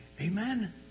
Amen